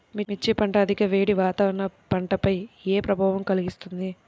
మిర్చి పంట అధిక వేడి వాతావరణం పంటపై ఏ ప్రభావం కలిగిస్తుంది?